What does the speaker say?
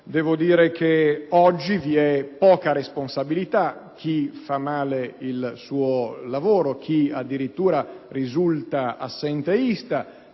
devo dire che oggi vi è poca responsabilità: chi fa male il proprio lavoro, chi addirittura risulta assenteista